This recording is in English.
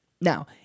Now